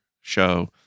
show